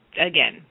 again